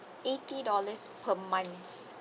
eighty dollars per month